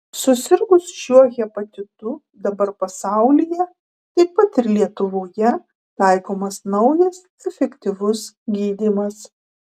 susirgus šiuo hepatitu dabar pasaulyje taip pat ir lietuvoje taikomas naujas efektyvus gydymas